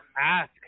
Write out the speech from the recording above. ask